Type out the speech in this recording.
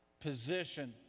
position